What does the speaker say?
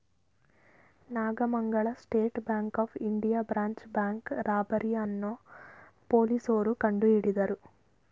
Nagamangala State Bank of India branch bank robbery ಅನ್ನೋ ಪೊಲೀಸ್ನೋರು ಕಂಡುಹಿಡಿದರು